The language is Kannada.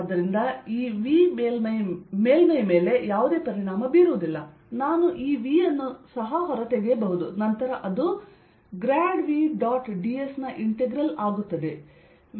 ಆದ್ದರಿಂದ ಈ V ಮೇಲ್ಮೈ ಮೇಲೆ ಯಾವುದೇ ಪರಿಣಾಮ ಬೀರುವುದಿಲ್ಲ ನಾನು ಈ V ಅನ್ನು ಹೊರತೆಗೆಯಬಹುದು ನಂತರ ಅದು ಗ್ರಾಡ್ V ಡಾಟ್ dS ನ ಇಂಟೆಗ್ರಲ್ ಆಗುತ್ತದೆ